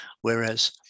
whereas